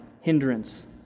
hindrance